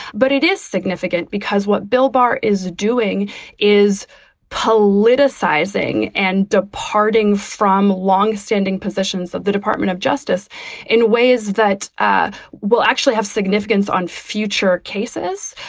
but it is significant because what bill barr is doing is politicizing and departing from longstanding positions of the department of justice in ways that ah will actually have significance on future cases.